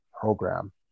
Program